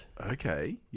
Okay